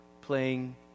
playing